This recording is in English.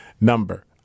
number